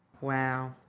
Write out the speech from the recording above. Wow